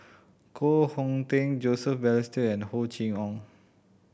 Koh Hong Teng Joseph Balestier and Hor Chim Or